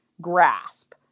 grasp